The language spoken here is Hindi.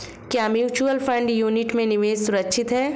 क्या म्यूचुअल फंड यूनिट में निवेश सुरक्षित है?